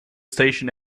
station